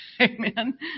Amen